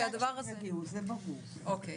נעה,